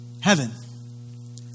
heaven